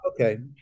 okay